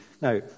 Now